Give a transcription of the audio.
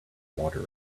water